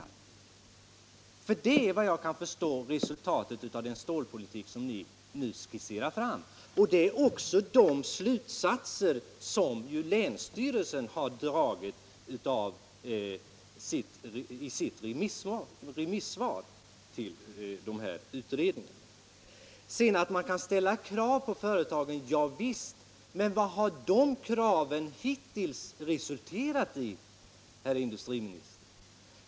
Det blir, vad jag kan förstå, resultatet av den stålpolitik som ni nu skisserar. Det är också de slutsatser som länsstyrelsen har dragit i sitt remissvar till de här utredningarna. Man kan ställa krav på företagen — ja visst! Men vad har de kraven hittills resulterat i, herr industriminister?